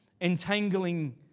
entangling